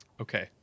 okay